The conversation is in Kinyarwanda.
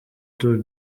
tour